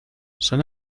son